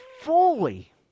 fully